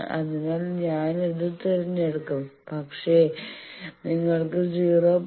അതിനാൽ ഞാൻ അത് തിരഞ്ഞെടുക്കും പക്ഷേ നിങ്ങൾ 0